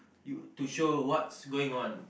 you to show what's going on